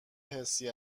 حسی